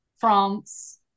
France